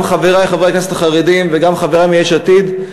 גם חברי חברי הכנסת החרדים וגם חברַי מיש עתיד,